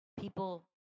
people